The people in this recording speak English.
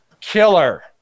killer